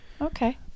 Okay